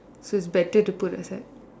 so it's better to put aside